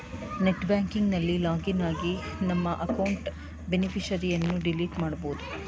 net banking ನಲ್ಲಿ login ಆಗಿ ನಮ್ಮ ಅಕೌಂಟ್ ಬೇನಿಫಿಷರಿಯನ್ನು ಡಿಲೀಟ್ ಮಾಡಬೋದು